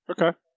Okay